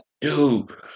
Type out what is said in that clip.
dude